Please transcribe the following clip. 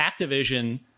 Activision